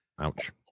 Ouch